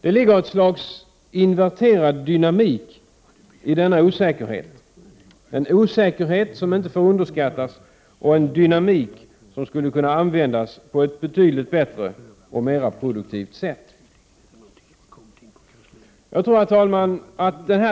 Det ligger ett slags inverterad dynamik i denna osäkerhet — en osäkerhet som inte får underskattas och en dynamik som skulle kunna användas på ett betydligt bättre och mera produktivt sätt. Herr talman!